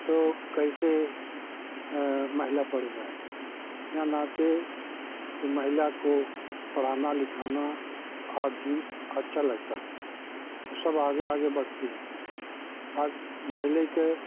तो कैसे महिला पढ़ जाए या नाचे तो महिला को पढ़ाना लिखाना आज के दिन अच्छा लगता है सब आगे आगे बढ़ती है आज महीला के